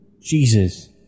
Jesus